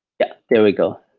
yeah, there we go.